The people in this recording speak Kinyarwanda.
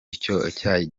icyayi